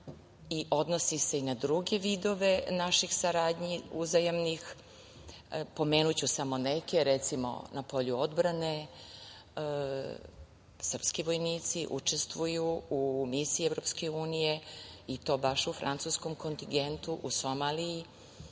i odnosi se i na druge vidove naših saradnji uzajamnih. Pomenuću samo neke. Recimo, na bolju odbrane srpski vojnici učestvuju u misiji EU, i to baš u francuskom kontingentu u Somaliji